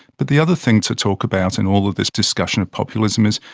but, the other thing to talk about in all of this discussion of populism is,